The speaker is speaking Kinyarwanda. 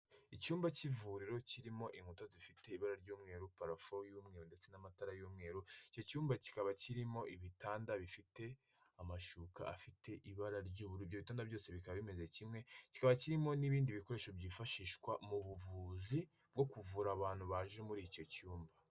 Icyumba cy'ivuriro kirimo inkuta zifite ibara ry'umweru, parafo y'umweru ndetse n'amatara y'umweru, icyo cyumba kikaba kirimo ibitanda bifite amashuka afite ibara ry'uburu ibit byose bikaba bimeze kimwe; kikaba kirimo n'ibindi bikoresho byifashishwa mu buvuzi bwo kuvura abantu baje muri icyo cyumba.